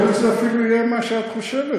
יכול להיות שזה אפילו יהיה מה שאת חושבת,